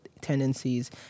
tendencies